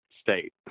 state